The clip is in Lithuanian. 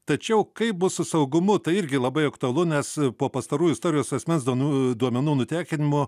tačiau kaip bus su saugumu tai irgi labai aktualu nes po pastarųjų istorijų su asmens duomenų duomenų nutekinimu